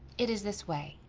it is this way.